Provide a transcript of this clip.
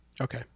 Okay